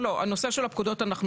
לעניין הפקודות אנחנו עוד נחזור.